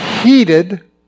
heated